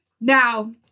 Now